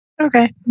Okay